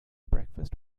breakfast